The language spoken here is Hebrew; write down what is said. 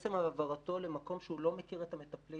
עצם העברתו למקום שבו הוא לא מכיר את המטפלים,